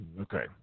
Okay